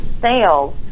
sales